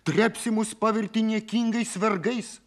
trepsė mus pavertė niekingais vergais